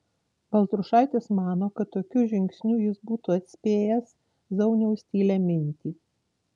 baltrušaitis mano kad tokiu žingsniu jis būtų atspėjęs zauniaus tylią mintį